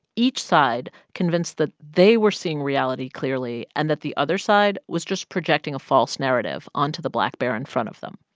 each side convinced that they were seeing reality clearly and that the other side was just projecting a false narrative onto the black bear in front of them.